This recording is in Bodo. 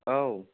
औ